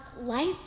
life